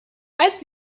als